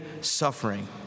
suffering